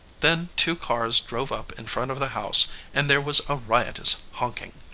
then two cars drove up in front of the house and there was a riotous honking.